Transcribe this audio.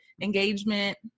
engagement